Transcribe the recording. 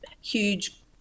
huge